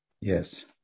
Yes